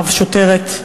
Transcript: רב-שוטרת,